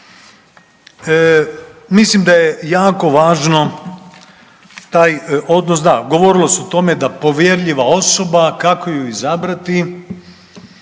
Mislim da je jako važno taj odnos, da govorilo se o tome da povjerljiva osoba kako ju izabrati,